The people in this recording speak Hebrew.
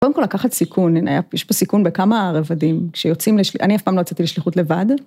קודם כל לקחת סיכון, יש פה סיכון בכמה רבדים שיוצאים, אני אף פעם לא יצאתי לשליחות לבד.